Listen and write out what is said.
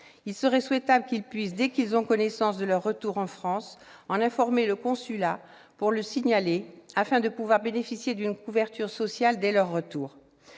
Il serait souhaitable qu'ils puissent, dès qu'ils ont connaissance de leur retour en France, signaler cette situation auprès du consulat afin de pouvoir bénéficier d'une couverture sociale dès leur arrivée.